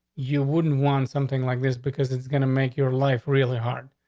you wouldn't want something like this because it's gonna make your life really hard.